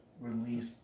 release